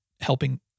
helping